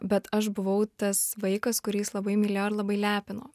bet aš buvau tas vaikas kurį jis labai mylėjo ir labai lepino